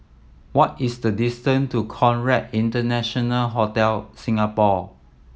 what is the distance to Conrad International Hotel Singapore